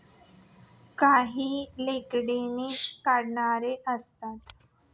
काही लाकडांना कड्या असतात